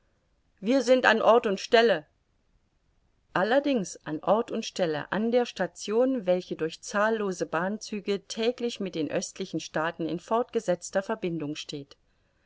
wir sind an ort und stelle allerdings an ort und stelle an der station welche durch zahllose bahnzüge täglich mit den östlichen staaten in fortgesetzter verbindung steht